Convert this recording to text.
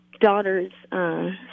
daughter's